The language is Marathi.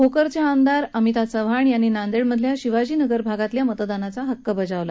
भोकरच्या आमदार अमिता चव्हाण यांनी नांदेडमधल्या शिवाजीनगर भागातल्या मतदानाचा हक्क बजावला